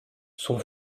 sont